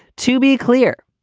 to be clear,